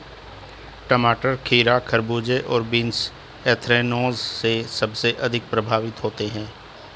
टमाटर, खीरा, खरबूजे और बीन्स एंथ्रेक्नोज से सबसे अधिक प्रभावित होते है